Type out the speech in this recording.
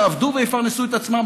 יעבדו ויפרנסו את עצמם,